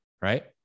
right